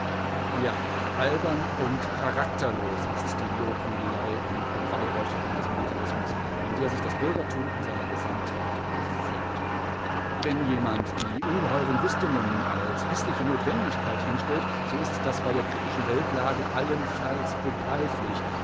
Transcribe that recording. ja albern und charakterlos ist die lobhudelei und beweihräucherung des militarismus in der sich das bürgertum in seiner gesamtheit gefällt wenn jemand die ungeheuren rüstungen als häßliche notwendigkeit hinstellt so ist das bei der kritischen weltlage allenfalls begreiflich